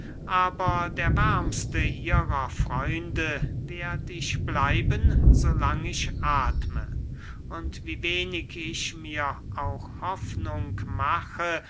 aber der wärmste ihrer freunde werd ich bleiben so lang ich athme und wie wenig ich mir auch hoffnung mache